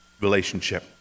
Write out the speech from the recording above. relationship